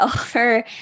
over